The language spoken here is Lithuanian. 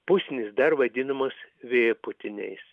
pusnys dar vadinamos vėpūtiniais